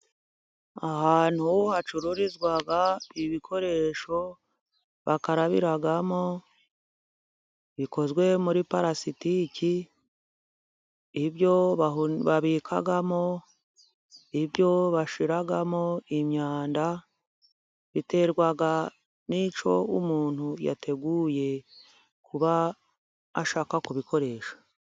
Ahantu hacururizwa ibikoresho bakarabiramo bikozwe muri parasitiki. Ibyo babikamo, ibyo bashyiramo imyanda, biterwa n'icyo umuntu yateguye kuba ashaka kubikoresha.